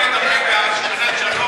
(מענה אנושי מקצועי במערכת לניתוב שיחות),